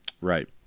Right